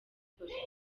politiki